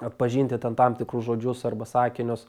atpažinti ten tam tikrus žodžius arba sakinius